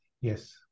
yes